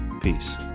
Peace